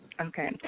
Okay